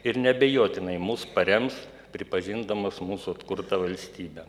ir neabejotinai mus parems pripažindamas mūsų atkurtą valstybę